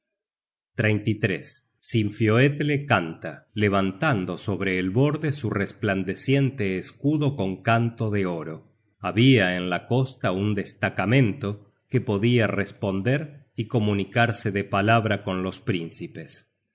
sinfioetle canta levantando sobre el borde su resplandeciente escudo con canto de oro habia en la costa un destacamento que podia responder y comunicarse de palabra con los príncipes